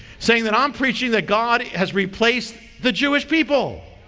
saying that i'm preaching that god has replaced the jewish people.